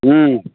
ꯎꯝ